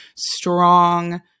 strong